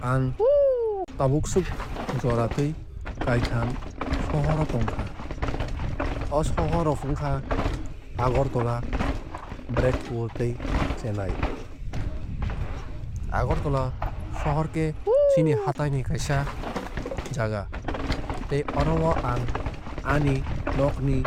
Ang tabukswk joratwui kaitham sohor o tongkha. O sohor rok wngkha agartala barackpore tei chennai. Agartla sohor khe chini hatai ni kaisa jaga tei oro o ang ani nogni